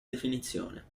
definizione